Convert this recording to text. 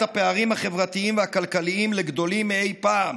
הפערים החברתיים והכלכליים לגדולים מאי פעם.